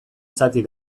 zati